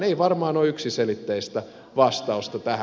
ei varmaan ole yksiselitteistä vastausta tähän